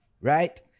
Right